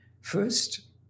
First